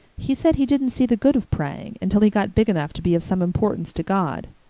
he said he didn't see the good of praying until he got big enough to be of some importance to god.